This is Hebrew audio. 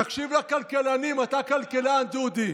תקשיב לכלכלנים, אתה כלכלן, דודי.